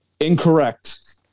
Incorrect